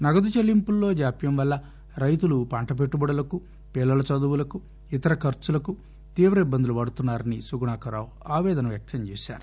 నగదు చెల్లింపుల్లో జాప్యం వల్ల రైతులు పంట పెట్టుబడులకు పిల్లల చదువులకు ఇతర ఖర్చులకు తీవ్ర ఇబ్బందులు పడుతున్నారని సుగుణాకర్ రావు ఆపేదన వ్యక్తం చేశారు